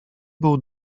był